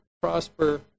prosper